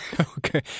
Okay